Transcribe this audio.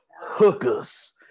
hookers